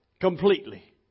completely